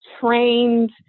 trained